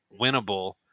winnable